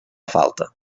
falta